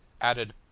added